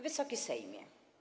Wysoki Sejmie!